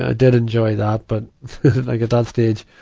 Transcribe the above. ah did enjoy that, but like at that stage,